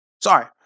Sorry